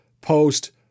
post